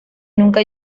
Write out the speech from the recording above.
nunca